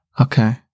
Okay